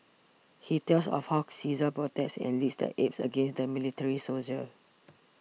he tells of how Caesar protects and leads the apes against the military soldiers